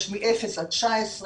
יש מאפס עד 19,